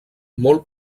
molt